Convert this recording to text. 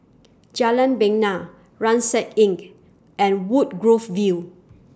Jalan Bena Rucksack Innk and Woodgrove View